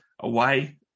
away